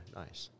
nice